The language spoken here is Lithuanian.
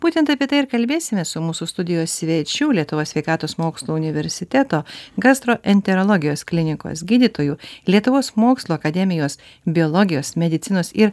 būtent apie tai ir kalbėsimės su mūsų studijos svečiu lietuvos sveikatos mokslų universiteto gastroenterologijos klinikos gydytoju lietuvos mokslų akademijos biologijos medicinos ir